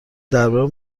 درباره